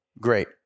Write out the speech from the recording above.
great